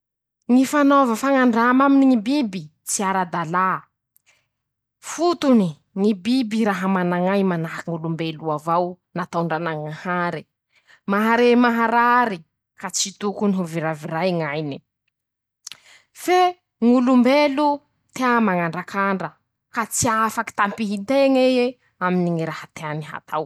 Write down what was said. Ñy fanaova fañandrama aminy ñy biby tsy ara-dalà, fotony: -ñy biby raha manañay manahaky ñ'olombelo avao, natao ndranañahare, mahare maharare, ka tsy tokony ho viraviray ñainy, fe ñ'olombelo tea mañandrakandra ka tsy afaky tampihy nteña ei aminy ñy raha tea.